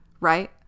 right